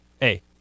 Hey